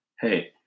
Hey